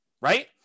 Right